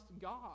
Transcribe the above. God